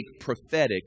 prophetic